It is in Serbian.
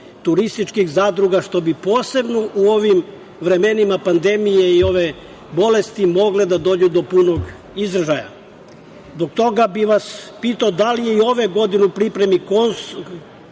turističkih zadruga, što bi posebno u ovim vremenima pandemije i ove bolesti mogle da dođu do punog izražaja. Zbog toga bih vas pitao – da li je i ove godine u pripremi konkurs